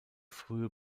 frühe